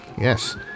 Yes